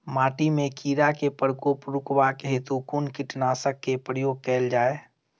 माटि मे कीड़ा केँ प्रकोप रुकबाक हेतु कुन कीटनासक केँ प्रयोग कैल जाय?